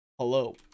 Hello